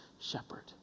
shepherd